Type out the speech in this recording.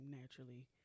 naturally